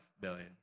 billion